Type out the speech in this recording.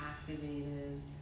activated